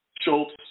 Schultz